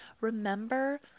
remember